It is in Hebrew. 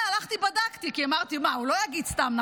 הלכתי ובדקתי, כי אמרתי, מה, הוא לא יגיד סתם.